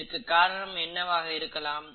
இதற்கான காரணம் என்னவாக இருக்கலாம்